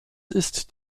ist